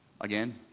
Again